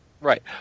Right